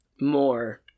more